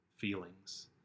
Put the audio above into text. Feelings